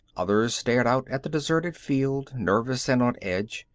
others stared out at the deserted field, nervous and on edge,